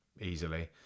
easily